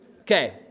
Okay